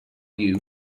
you